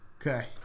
okay